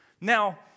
Now